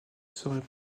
serait